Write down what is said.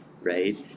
right